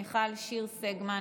מיכל שיר סגמן,